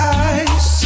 eyes